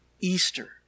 Easter